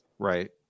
Right